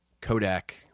Kodak